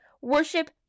worship